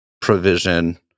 provision